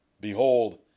Behold